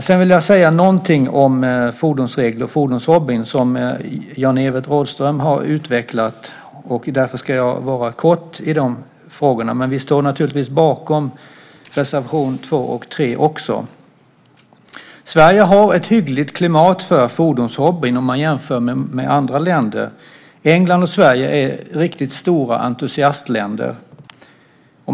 Jag vill säga någonting om fordonsregler och fordonshobbyn, som Jan-Evert Rådhström har utvecklat. Därför ska jag vara kortfattad i de frågorna. Vi står naturligtvis bakom reservationerna 2 och 3. Sverige har ett hyggligt klimat för fordonshobbyn jämfört med andra länder. England och Sverige är riktigt stora entusiastländer.